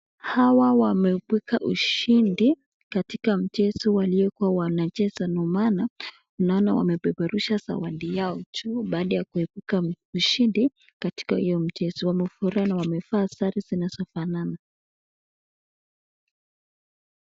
Hawa wameibuka ushindi katika mchezo waliokuwa wanacheza ndio maana unaona wamepeperusha zawadi yao juu baada ya kuibuka mshindi katika hiyo mchezo. Wamefurahi na wamevaa sare zinazofanana.